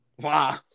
Wow